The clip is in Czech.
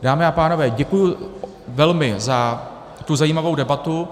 Dámy a pánové, děkuju velmi za zajímavou debatu.